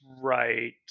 right